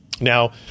now